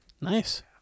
Nice